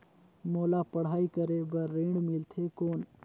मोला पढ़ाई करे बर ऋण मिलथे कौन?